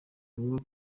ngomba